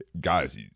guys